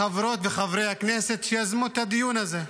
מחברות וחברי הכנסת שיזמו את הדיון הזה.